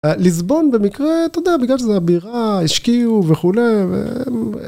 ‫ליסבון במקרה, אתה יודע, ‫בגלל שזאת הבירה, השקיעו וכו',